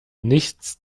nichts